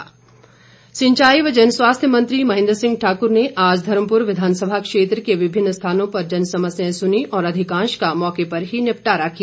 महेन्द्र सिंह सिंचाई व जनस्वास्थ्य मंत्री महेन्द्र सिंह ठाकुर ने आज धर्मपुर विघानसभा क्षेत्र के विभिन्न स्थानों पर जन समस्याएं सुनीं और अधिकांश का मौके पर ही निपटारा कर दिया